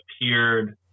appeared